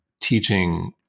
teaching